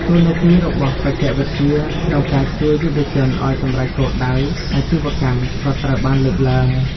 តួនាទីរបស់បច្ចេកវិទ្យា ក្នុងការជួយយុវជនឱ្យសម្រេចគោលដៅអាជីវកម្មក៏ត្រូវបានលើកឡើង។